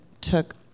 took